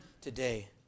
today